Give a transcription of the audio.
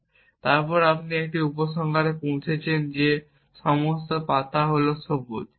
এবং তারপর আপনি একটি উপসংহারে পৌঁছেছেন যে সমস্ত পাতা সবুজ